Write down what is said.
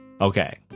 Okay